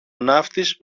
ναύτης